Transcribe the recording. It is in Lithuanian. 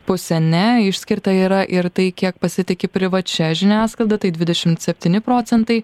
pusė ne išskirta yra ir tai kiek pasitiki privačia žiniasklaida tai dvidešimt septyni procentai